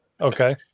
Okay